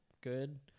good